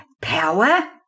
power